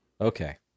Okay